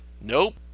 Nope